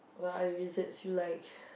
what other desserts you like